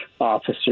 officer